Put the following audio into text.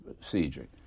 procedure